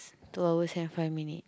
two hours and five minute